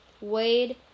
Wade